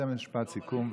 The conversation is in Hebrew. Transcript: תן משפט סיכום.